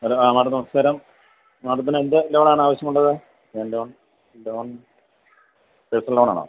hello ആ madam നമസ്കാരം മേഡത്തിന് എന്ത് ലോൺ ആണ് ആവശ്യമുള്ളത് ഞാൻ ലോൺ ലോൺ പേഴ്സണൽ ലോൺ ആണോ